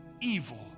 evil